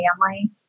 family